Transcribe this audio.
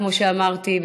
כמו שאמרתי,